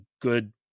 good